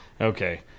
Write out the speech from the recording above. Okay